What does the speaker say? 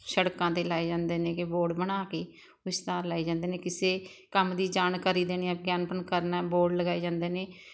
ਸੜਕਾਂ 'ਤੇ ਲਾਏ ਜਾਂਦੇ ਨੇ ਗੇ ਬੋਰਡ ਬਣਾ ਕੇ ਇਸ਼ਤਿਹਾਰ ਲਾਏ ਜਾਂਦੇ ਨੇ ਕਿਸੇ ਕੰਮ ਦੀ ਜਾਣਕਾਰੀ ਦੇਣੀ ਹੈ ਵਿਗਿਆਪਨ ਕਰਨਾ ਹੈ ਬੋਰਡ ਲਗਾਏ ਜਾਂਦੇ ਨੇ